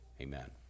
Amen